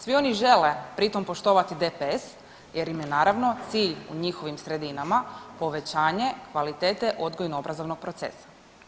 Svi oni žele pritom poštovati DPS jer im je naravno cilj u njihovim sredinama povećanje kvalitete odgojno-obrazovnog procesa.